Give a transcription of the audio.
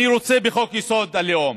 אני רוצה בחוק-יסוד: הלאום.